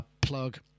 plug